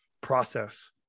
process